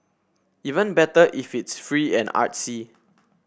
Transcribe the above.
even better if it's free and artsy